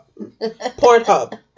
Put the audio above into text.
Pornhub